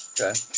Okay